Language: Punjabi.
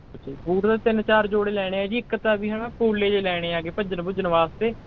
ਅੱਛਾ ਜੀ ਬੂਟ ਦੇ ਤਿੰਨ ਚਾਰ ਜੋੜੇ ਲੈਣੇ ਆ ਜੀ ਇੱਕ ਤਾਂ ਵੀ ਹੈ ਨਾ ਪੋਲੇ ਜੇ ਲੈਣੇ ਹੈਗੇ ਭੱਜਣ ਭੁੱਜਣ ਵਾਸਤੇ